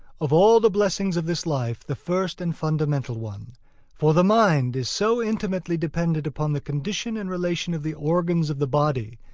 of all the blessings of this life, the first and fundamental one for the mind is so intimately dependent upon the condition and relation of the organs of the body,